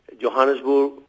Johannesburg